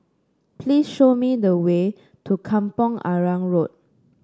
please show me the way to Kampong Arang Road